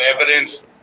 evidence